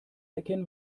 erkennen